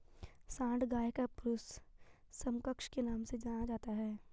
सांड गाय का पुरुष समकक्ष के नाम से जाना जाता है